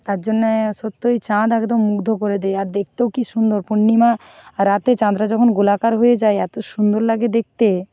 তার জন্যে সত্যই চাঁদ একদম মুগ্ধ করে দেয় আর দেখতেও কি সুন্দর পূর্ণিমা রাতে চাঁদটা যখন গোলাকার হয়ে যায় এত সুন্দর লাগে দেখতে